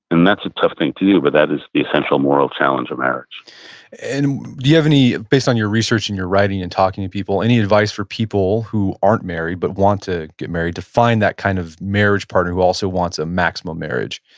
and that's a tough thing to do, but that is the essential moral challenge of marriage and do you have, based on your research and your writing and talking to people, any advice for people who aren't married but want to get married to find that kind of marriage partner who also wants a maximum marriage?